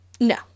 No